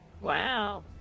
Wow